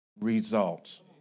results